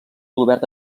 obert